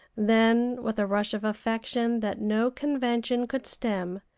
then with a rush of affection that no convention could stem,